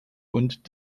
und